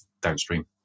downstream